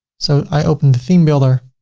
so i open the theme builder,